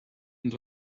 and